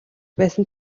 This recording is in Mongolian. байсан